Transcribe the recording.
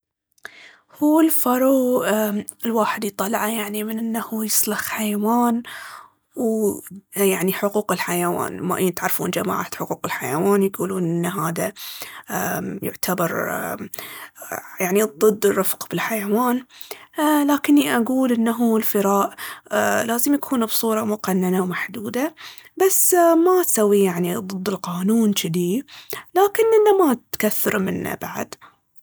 هو الفرو الواحد يطلعه يعني من ان هو يسلخ حيوان، ويعني حقوق الحيوان، تعرفون جماعة حقوق الحيوان يقولون ان هذا أمم يعتبر أمم يعني ضد الرفق بالحيوان. لكني أقول ان الفراء لازم تكون أ- بصورة مقننة ومحدودة، بس ما تسويه يعني ضد القانون جذي، لكن ان ما تكثر منه بعد.